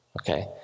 okay